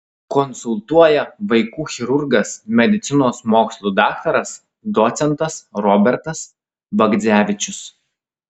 konsultuoja vaikų chirurgas medicinos mokslų daktaras docentas robertas bagdzevičius